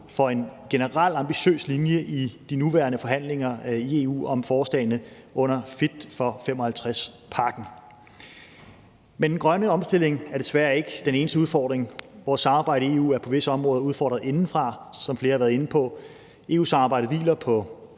for en generel ambitiøs linje i de nuværende forhandlinger i EU om forslagene under »Fit for 55«-pakken. Men den grønne omstilling er desværre ikke den eneste udfordring. Vores samarbejde i EU er på disse områder udfordret indefra, som flere har været inde på. EU-samarbejdet hviler på